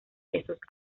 esos